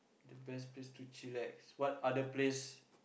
the best place to chillax what other place